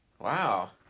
Wow